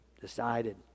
decided